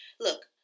Look